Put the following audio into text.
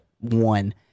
one